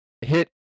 hit